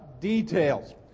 details